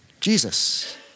Jesus